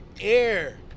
air